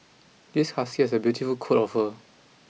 this husky has a beautiful coat of fur